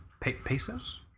pesos